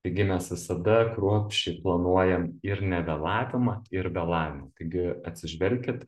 taigi mes visada kruopščiai planuojam ir nevėlavimą ir vėlavimą taigi atsižvelkit